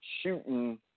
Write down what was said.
shooting